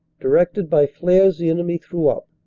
directed by flares the enemy threw up,